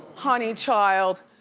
honey child,